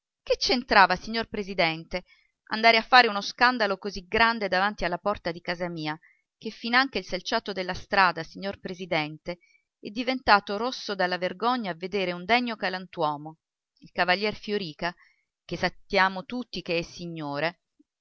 che c'entrava signor presidente andare a fare uno scandalo così grande davanti alla porta di casa mia che finanche il selciato della strada signor presidente è diventato rosso dalla vergogna a vedere un degno galantuomo il cavaliere fiorìca che sappiamo tutti che signore